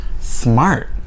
Smart